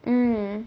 mm